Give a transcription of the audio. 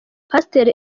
pasiteri